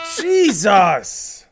Jesus